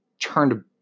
turned